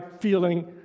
feeling